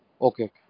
okay